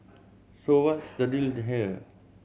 so what's the deal to here